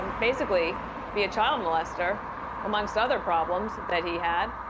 um basically be a child molester amongst other problems that he had.